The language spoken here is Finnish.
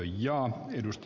kannatan ed